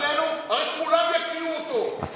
כן?